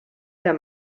der